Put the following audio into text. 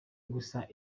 gusa